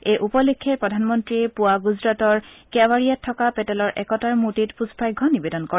এই উপলক্ষে প্ৰধানমন্তীয়ে পুৱা গুজৰাটৰ কেৱাৰিয়াত থকা একতাৰ মূৰ্তিত পুষ্পাৰ্ঘ্য নিবেদন কৰে